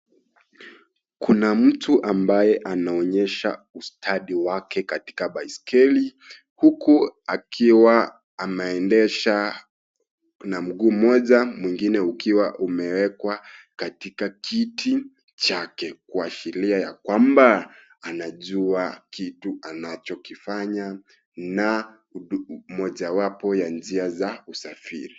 Kuna mtu ambaye anaonyesha ustadi wake katika baiskeli huku akiwa ameendesha na mguu mmoja mwingine ukiwa ummewekwa katika kiti chake kuashiria ya kwamba anajua kitu anachokifanya na moja wapo ya njia za usafiri.